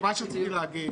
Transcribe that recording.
רציתי להגיד